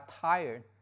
tired